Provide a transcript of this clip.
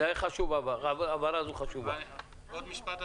עוד משפט,